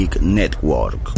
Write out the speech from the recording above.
Network